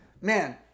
man